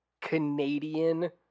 Canadian